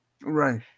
Right